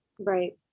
Right